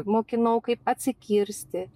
mokinau kaip atsikirsti